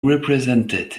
representative